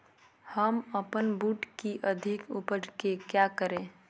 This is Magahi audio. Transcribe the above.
हम अपन बूट की अधिक उपज के क्या करे?